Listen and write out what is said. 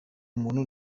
umuntu